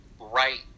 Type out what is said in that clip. right